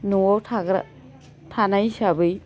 न'आव थाग्रा थानाय हिसाबै